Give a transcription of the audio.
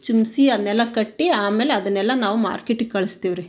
ಚಿಮಿಸಿ ಅದನ್ನೆಲ್ಲ ಕಟ್ಟಿ ಆಮೇಲೆ ಅದನ್ನೆಲ್ಲ ನಾವು ಮಾರ್ಕೆಟಿಗೆ ಕಳಿಸ್ತೀವಿ ರೀ